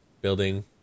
building